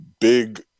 big